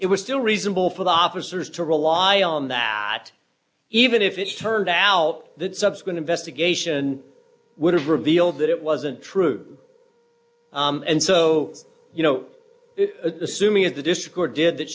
it was still reasonable for the officers to rely on that even if it turned out that subsequent investigation would have revealed that it wasn't true and so you know assuming that the dischord did that